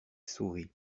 sourit